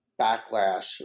backlash